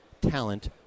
talent